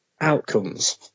outcomes